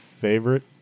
favorite